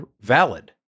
valid